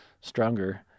stronger